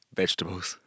vegetables